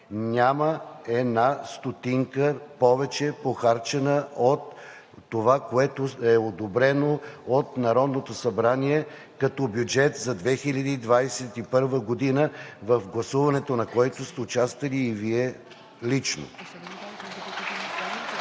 няма една стотинка повече похарчена от това, което е одобрено от Народното събрание като бюджет за 2021 г., в гласуването на което сте участвали и Вие лично.